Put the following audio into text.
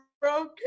broken